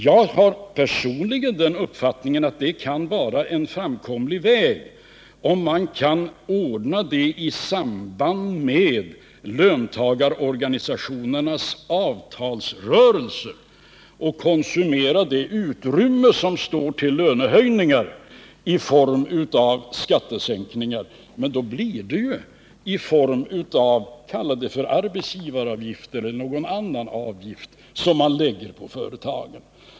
Jag har personligen den uppfattningen att det kan vara en framkomlig väg, om man kan ordna det i samband med löntagarorganisationernas avtalsrörelser och i form av skattesänkningar konsumera det utrymme som står till förfogande för lönehöjningar. Men då blir det arbetsgivaravgifter eller någon annan avgift som man lägger på företagen.